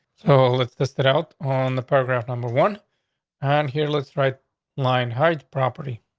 so let's just get out on the program. number one on here. let's write line, hide property.